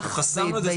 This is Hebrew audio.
אנחנו חסמנו את זה,